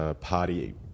party